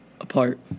apart